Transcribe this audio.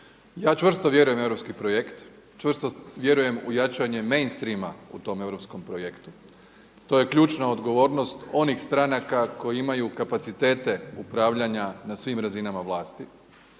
Ja čvrsto vjerujem u europski projekt, čvrsto vjerujem u jačanje mainstreama u tom europskom projektu, to je ključna odgovornost onih stranaka koje imaju kapacitete upravljanja na svim razinama vlasti.